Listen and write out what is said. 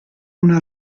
una